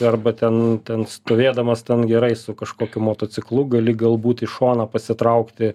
arba ten ten stovėdamas ten gerai su kažkokiu motociklu gali galbūt į šoną pasitraukti